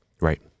right